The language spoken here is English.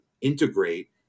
integrate